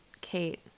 Kate